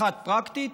אחת פרקטית